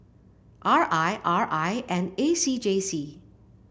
R I R I and A C J C